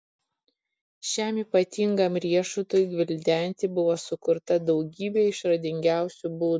šiam ypatingam riešutui gvildenti buvo sukurta daugybė išradingiausių būdų